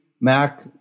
Mac